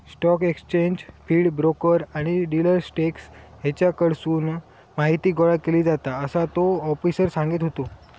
stock exchange feed, broker आणि dealer desk हेच्याकडसून माहीती गोळा केली जाता, असा तो आफिसर सांगत होतो